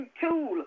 tool